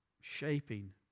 Shaping